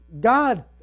God